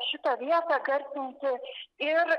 šitą vietą garsinti ir